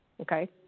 Okay